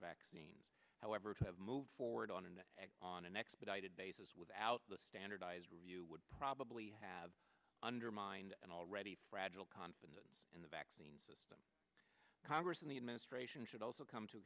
vaccines however to move forward on and on an expedited basis without the standardized review would probably have undermined an already fragile confidence in the vaccine system congress and the administration should also come to